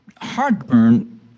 heartburn